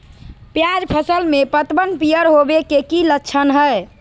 प्याज फसल में पतबन पियर होवे के की लक्षण हय?